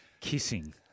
kissing